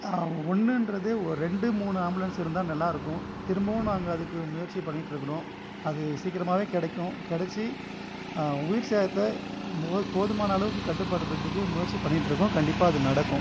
ஒன்றுன்றது ஒரு ரெண்டு மூணு ஆம்புலன்ஸ் இருந்தால் நல்லா இருக்கும் திரும்பவும் நாங்கள் அதுக்கு முயற்சி பண்ணிகிட்டுருக்குறோம் அது சீக்கிரமாவே கிடைக்கும் கிடைச்சு உயிர் சேதத்தை போதுமான அளவுக்கு கட்டுப்படுத்துறதுக்கு முயற்சி பண்ணிகிட்டு இருக்கோம் கண்டிப்பாக அது நடக்கும்